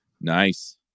Nice